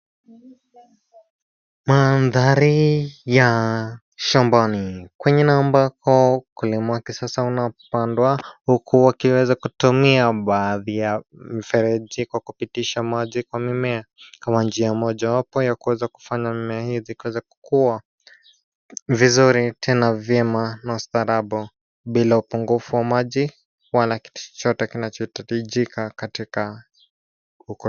Mandhari, ya, shambani, kwengine ambako, ukulima wa kisasa unaopandwa huku wakiweza kutumia baadhi ya, mifereji kwa kupitisha maji kwa mimea, kama njia mojawapo ya kuweza kufanya mimea hizi kuweza kukua, vizuri, tena vyema na ustaarabu, bila upungufu wa maji, wala kitu chochote kinachohitajika katika, uko.